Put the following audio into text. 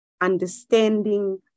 understanding